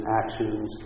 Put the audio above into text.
actions